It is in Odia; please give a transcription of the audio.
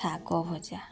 ଶାଗ ଭଜା